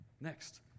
Next